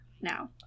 Now